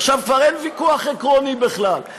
עכשיו כבר אין ויכוח עקרוני בכלל.